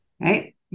right